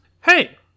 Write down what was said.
Hey